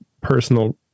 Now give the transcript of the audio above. personal